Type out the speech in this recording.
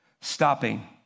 Stopping